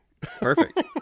perfect